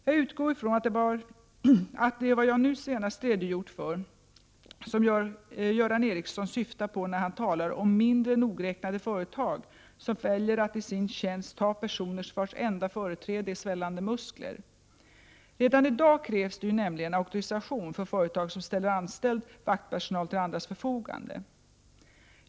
Jag utgår från att det är vad jag nu senast redogjort för som Göran Ericsson syftar på när han talar om mindre nogräknade företag, som väljer att i sin tjänst ta personer vars enda företräden är svällande muskler. Redan i dag krävs det ju nämligen auktorisation för företag som ställer anställd vaktpersonal till andras förfogande.